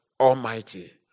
Almighty